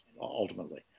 ultimately